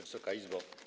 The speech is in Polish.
Wysoka Izbo!